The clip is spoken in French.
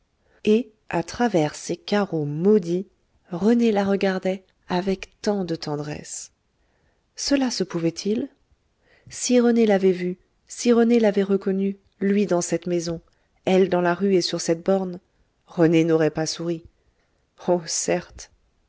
et à travers ces carreaux maudits rené la regardait avec tant de tendresse cela se pouvait-il si rené l'avait vue si rené l'avait reconnue lui dans cette maison elle dans la rue et sur cette borne rené n'aurait pas souri oh certes